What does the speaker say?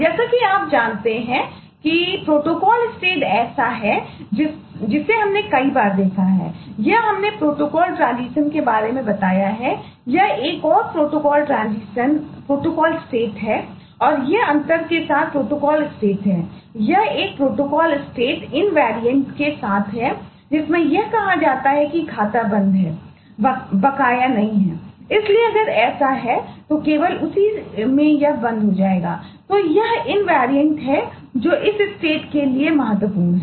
जैसा कि आप जानते हैं कि प्रोटोकॉल स्टेट के लिए महत्वपूर्ण है